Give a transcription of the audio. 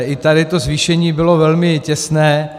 I tady to zvýšení bylo velmi těsné.